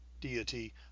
deity